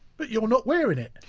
but you're not wearing it.